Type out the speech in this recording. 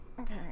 Okay